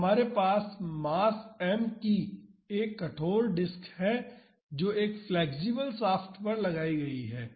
तो हमारे पास मास m की एक कठोर डिस्क है जो एक फ्लेक्सिबल शाफ्ट पर लगाई गई है